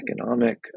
economic